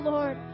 Lord